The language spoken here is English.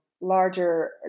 larger